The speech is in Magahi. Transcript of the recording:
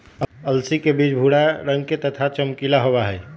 अलसी के बीज भूरा रंग के तथा चमकीला होबा हई